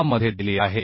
6 मध्ये दिली आहे